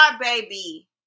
baby